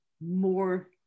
more